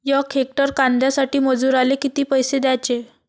यक हेक्टर कांद्यासाठी मजूराले किती पैसे द्याचे?